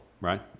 Right